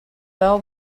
бөҕө